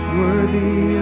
worthy